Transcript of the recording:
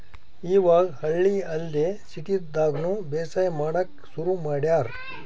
ಇವಾಗ್ ಹಳ್ಳಿ ಅಲ್ದೆ ಸಿಟಿದಾಗ್ನು ಬೇಸಾಯ್ ಮಾಡಕ್ಕ್ ಶುರು ಮಾಡ್ಯಾರ್